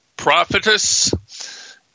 Prophetess